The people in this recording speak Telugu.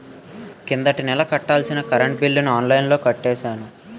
కిందటి నెల కట్టాల్సిన కరెంట్ బిల్లుని ఆన్లైన్లో కట్టేశాను